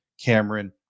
Cameron